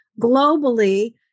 globally